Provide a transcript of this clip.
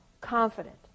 confident